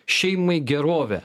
šeimai gerovę